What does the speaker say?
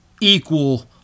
equal